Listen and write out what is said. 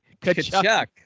Kachuk